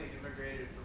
immigrated